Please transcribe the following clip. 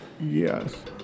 Yes